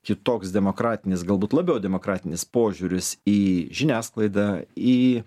kitoks demokratinis galbūt labiau demokratinis požiūris į žiniasklaidą į